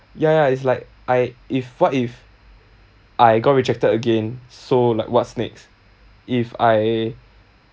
ya ya it's like I if what if I got rejected again so like what's next if I